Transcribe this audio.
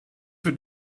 für